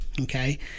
Okay